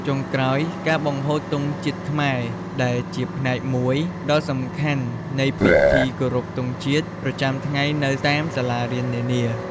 ចុងក្រោយ ការបង្ហូតទង់ជាតិខ្មែរ ដែលជាផ្នែកមួយដ៏សំខាន់នៃពិធីគោរពទង់ជាតិប្រចាំថ្ងៃនៅតាមសាលារៀននានា។